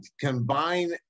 combine